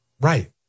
Right